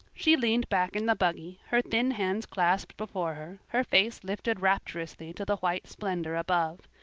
she leaned back in the buggy, her thin hands clasped before her, her face lifted rapturously to the white splendor above.